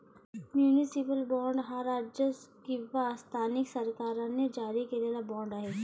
municipal bond हा राज्य किंवा स्थानिक सरकारांनी जारी केलेला बाँड आहे